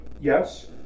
yes